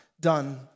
done